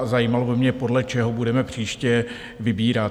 Zajímalo by mě, podle čeho budeme příště vybírat.